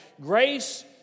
Grace